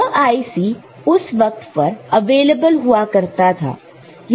यह IC उस वक्त पर अवेलेबल हुआ करता था